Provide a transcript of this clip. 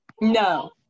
No